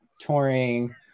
touring